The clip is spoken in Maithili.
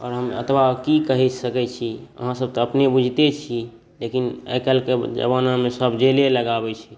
आओर हम एतबा कि कहि सकै छी अहाँसब तऽ अपने बुझिते छी लेकिन आइकाल्हिके जमानामे सब जेले लगाबै छै